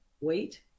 Wait